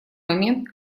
момент